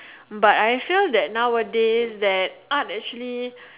hut I feel that nowadays that art actually